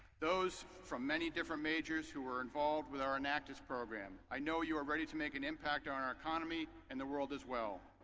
those from many different majors who were involved with our an actress program, i know you are ready to make an impact on our economy and the world as well.